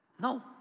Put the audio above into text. No